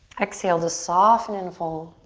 exhale to soften and fold.